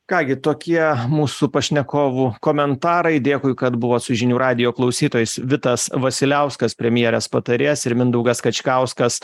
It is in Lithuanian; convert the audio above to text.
ką gi tokie mūsų pašnekovų komentarai dėkui kad buvot su žinių radiju klausytojais vitas vasiliauskas premjerės patarėjas ir mindaugas kačkauskas